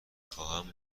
خواهم